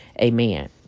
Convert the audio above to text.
Amen